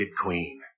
queen